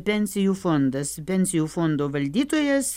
pensijų fondas pensijų fondo valdytojas